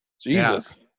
Jesus